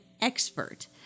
expert